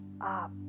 up